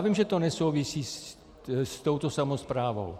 Vím, že to nesouvisí s touto samosprávou.